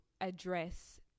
address